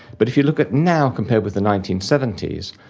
but if you look at now compared with the nineteen seventy s,